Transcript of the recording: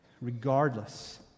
Regardless